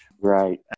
Right